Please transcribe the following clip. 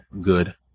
good